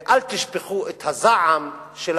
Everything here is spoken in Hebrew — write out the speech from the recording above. ואל תשפכו את הזעם שלכם